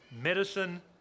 medicine